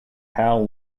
hal